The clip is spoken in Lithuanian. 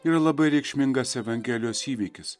yra labai reikšmingas evangelijos įvykis